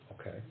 Okay